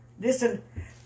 listen